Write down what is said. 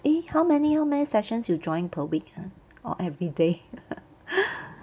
eh how many how many sessions you join per week ah or everyday